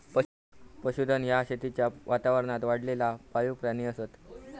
पशुधन ह्या शेतीच्या वातावरणात वाढलेला पाळीव प्राणी असत